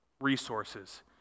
resources